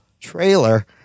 trailer